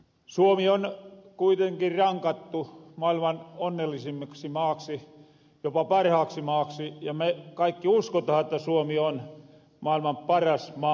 suomi on kuitenkin rankattu maailman onnellisimmaksi maaksi jopa parhaaksi maaksi ja me kaikki uskotahan että suomi on maailman paras maa